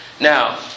Now